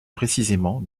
précisément